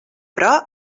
però